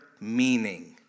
meaning